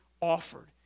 offered